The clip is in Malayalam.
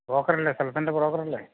ബ്രോക്കറല്ലേ സ്ഥലത്തിൻ്റെ ബ്രോക്കറല്ലേ